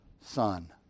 son